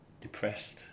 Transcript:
depressed